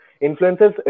influences